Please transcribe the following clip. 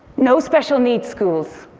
no special needs schools.